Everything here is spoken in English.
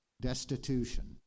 Destitution